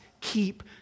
keep